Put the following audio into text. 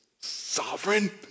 sovereign